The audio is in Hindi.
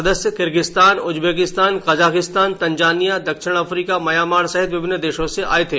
सदस्य किर्गिस्तान उज्बेकिस्तान गिरफ्तार जमात के कजाकिस्तान तंजानिया दक्षिण अफ्रीका म्यांमार सहित विभिन्न देशों से आए थे